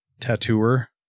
Tattooer